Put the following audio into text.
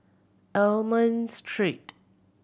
Almond Street